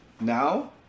Now